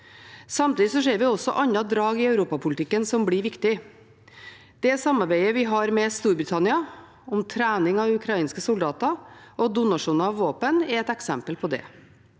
Samtidig ser vi også andre drag i europapolitikken som blir viktige. Det samarbeidet vi har med Storbritannia om trening av ukrainske soldater og donasjoner av våpen, er et eksempel på det.